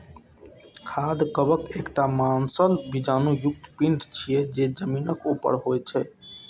खाद्य कवक एकटा मांसल बीजाणु युक्त पिंड छियै, जे जमीनक ऊपर होइ छै